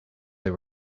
they